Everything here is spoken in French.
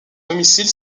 domicile